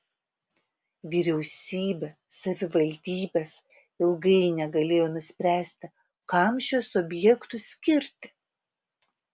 vyriausybė savivaldybės ilgai negalėjo nuspręsti kam šiuos objektus skirti